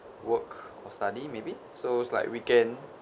work or study maybe so it's like weekend